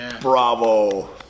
bravo